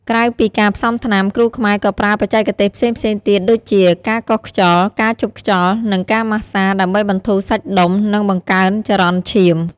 ក្រៅពីការផ្សំថ្នាំ គ្រូខ្មែរក៏ប្រើបច្ចេកទេសផ្សេងៗទៀតដូចជា ការកោសខ្យល់ ការជប់ខ្យល់ និង ការម៉ាស្សា ដើម្បីបន្ធូរសាច់ដុំ និងបង្កើនចរន្តឈាម។